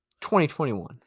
2021